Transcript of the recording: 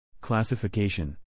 Classification